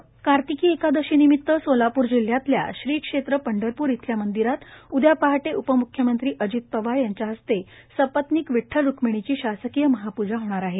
शासकीय महाप्जा कार्तिकी एकादशीनिमित सोलापूर जिल्ह्यातल्या श्री क्षेत्र पंढरपूर इथल्या मंदिरात उदया पहाटे उपम्ख्यमंत्री अजित पवार यांच्या हस्ते सपत्निक विठ्ठल रुक्मिणीची शासकीय महापूजा होणार आहे